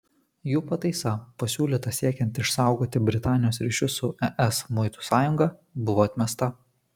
jų pataisa pasiūlyta siekiant išsaugoti britanijos ryšius su es muitų sąjunga buvo atmesta